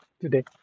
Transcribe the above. today